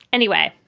anyway,